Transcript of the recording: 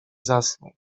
zasnął